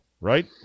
Right